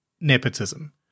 Nepotism